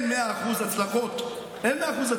הלוואי.